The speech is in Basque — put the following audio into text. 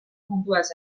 munduaz